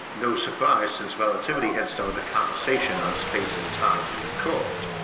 no surprise since relativity had started the conversation on space and time being curved.